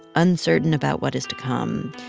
uncertain about what is to come.